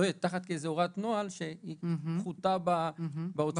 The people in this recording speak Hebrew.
שזה לא יהיה תחת הוראת נוהל שהיא פחותה בעוצמה שלה.